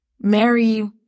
Mary